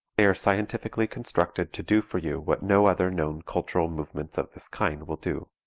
they are scientifically constructed to do for you what no other known cultural movements of this kind will do.